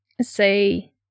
say